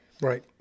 Right